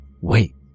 Wait